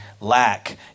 lack